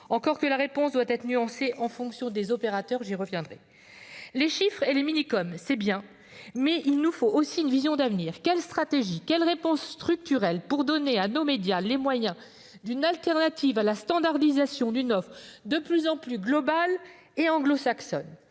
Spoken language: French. bien que la réponse doive être nuancée en fonction des opérateurs- j'y reviendrai. Les chiffres et les coups de communication sont louables, mais nous avons aussi besoin d'une vision d'avenir. Quelle stratégie, quelle réponse structurelle adopter pour donner à nos médias les moyens d'une alternative à la standardisation d'une offre de plus en plus globale et anglo-saxonne ?